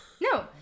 no